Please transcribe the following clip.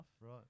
Right